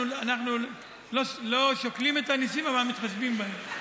אנחנו לא שוקלים את הניסים אבל מתחשבים בהם.